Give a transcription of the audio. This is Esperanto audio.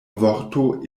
vorto